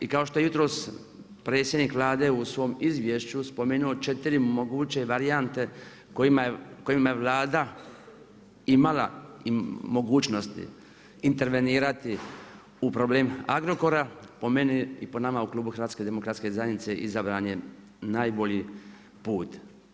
I kao što je jutros predsjednik Vlade u svom izvješću spomenuo 4 moguće varijante, kojima je Vlada imala i mogućnosti, intervenirati u problem Agrokora, po meni i po nama, u Klubu HDZ-a izabran je najbolji put.